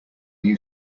new